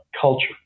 culture